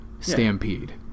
stampede